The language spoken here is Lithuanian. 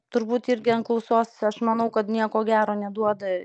turbūt irgi ant klausos aš manau kad nieko gero neduoda